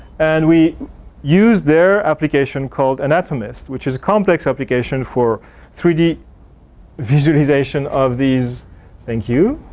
and we use their application called anatomist which is complex application for three d visualization of these thank you.